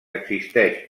existeix